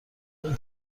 اون